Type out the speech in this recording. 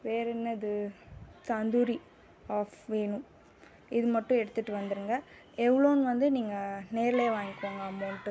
வேறே என்னது தந்தூரி ஆஃப் வேணும் இது மட்டும் எடுத்துட்டு வந்துடுங்க எவ்வளோன்னு வந்து நீங்கள் நேரில் வாங்கிக்கோங்க அமௌண்ட்டு